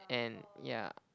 and yeah